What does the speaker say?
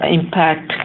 impact